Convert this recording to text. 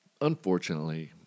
unfortunately